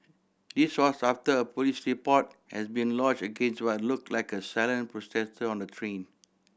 this was after a police report has been lodged against what looked like a silent protest on the train